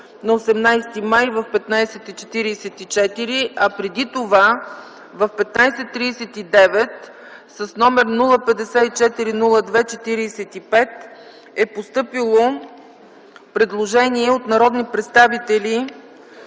на 18 май в 15,44 ч., а преди това, в 15,39 ч., с № 054-02-45 е постъпило предложение от народни представители